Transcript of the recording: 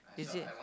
is it